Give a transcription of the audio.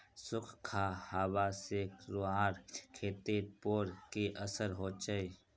सुखखा हाबा से रूआँर खेतीर पोर की असर होचए?